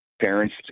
parents